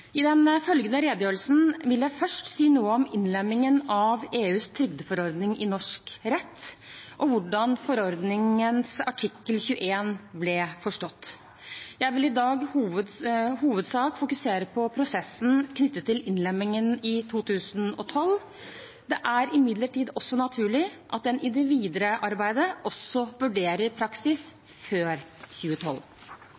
I den følgende redegjørelsen vil jeg først si noe om innlemmingen av EUs trygdeforordning i norsk rett og hvordan forordningens artikkel 21 ble forstått. Jeg vil i dag i hovedsak fokusere på prosessen knyttet til innlemmingen i 2012. Det er imidlertid naturlig at en i det videre arbeidet også vurderer praksis